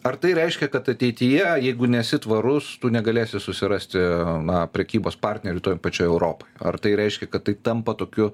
ar tai reiškia kad ateityje jeigu nesi tvarus tu negalėsi susirasti na prekybos partnerių toj pačioj europoj ar tai reiškia kad tai tampa tokiu